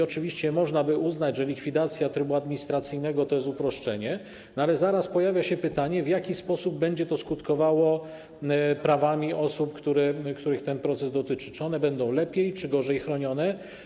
Oczywiście można by uznać, że likwidacja trybu administracyjnego to jest uproszczenie, ale zaraz pojawia się pytanie, w jaki sposób będzie to skutkowało prawami osób, których ten proces dotyczy, czy one będą lepiej czy gorzej chronione.